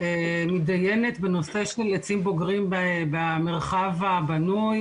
מתדיינת בנושא של עצים בוגרים במרחב הבנוי,